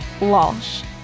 Walsh